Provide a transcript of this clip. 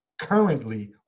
currently